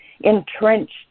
entrenched